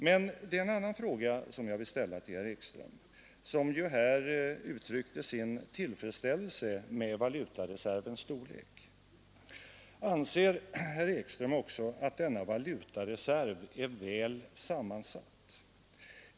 Men det är en annan fråga som jag vill ställa till herr Ekström, som ju här uttryckte sin tillfredsställelse med valutareservens storlek. Anser herr Ekström också att denna valutareserv är väl sammansatt?